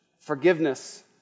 Forgiveness